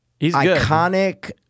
iconic